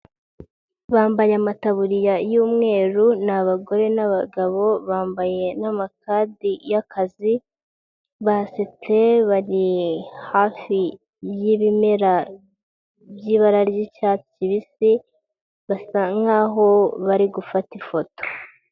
Bambaye amataburiya y'umweru, ni abagore n'abagabo, bambaye n'amakadi y'akazi, basetse bari hafi y'ibimera by'ibara ry'icyatsi kibisi, basa nkaho bari gufata ifoto.